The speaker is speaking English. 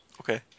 Okay